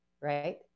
right